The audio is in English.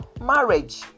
marriage